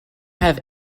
have